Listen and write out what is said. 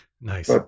Nice